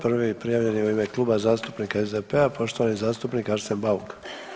Prvi je prijavljen u ime Kluba zastupnika SDP-a poštovani zastupnik Arsen Bauk.